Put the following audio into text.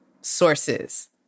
sources